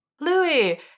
Louis